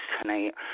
tonight